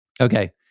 Okay